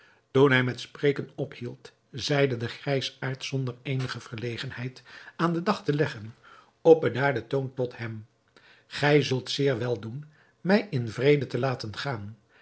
hij met spreken ophield zeide de grijsaard zonder eenige verlegenheid aan den dag te leggen op bedaarden toon tot hem gij zult zeer wel doen mij in vrede te laten gaan